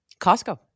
Costco